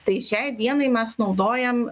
tai šiai dienai mes naudojam